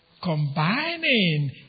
combining